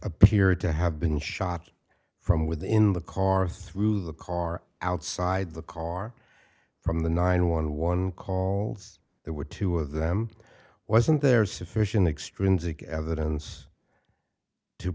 appeared to have been shot from within the car through the car outside the car from the nine one one call there were two of them wasn't there sufficient extrinsic evidence to